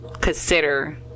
consider